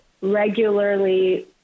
regularly